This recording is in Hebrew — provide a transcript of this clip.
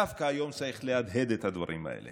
דווקא היום צריך להגיד את הדברים האלה